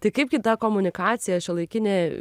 tai kaipgi ta komunikacija šiuolaikinė